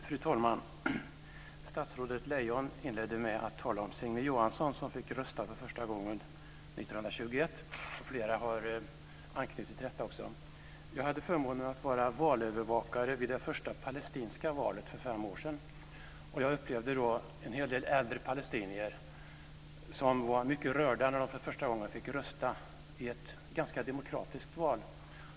Fru talman! Statsrådet Lejon inledde med att tala om Signe Johansson, som fick rösta för första gången 1921, och flera talare har anknutit till detta. Jag hade förmånen att vara valövervakare vid det första palestinska valet för fem år sedan, och jag upplevde då att en hel del äldre palestinier var mycket rörda när de för första gången fick rösta i ett ganska demokratiskt val.